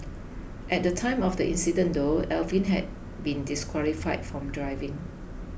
at the time of the incident though Alvin had been disqualified from driving